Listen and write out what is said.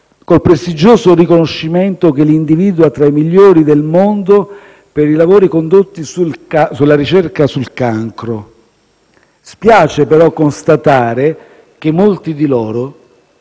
il prestigioso riconoscimento che li individua tra i migliori del mondo per i lavori condotti nella ricerca sul cancro. Spiace però constatare che molti di loro,